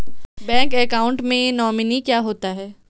Bank account में nominee क्या होता है?